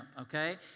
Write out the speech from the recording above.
okay